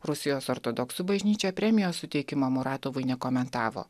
rusijos ortodoksų bažnyčia premijos suteikimą muratovui nekomentavo